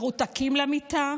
מרותקים למיטה,